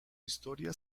historia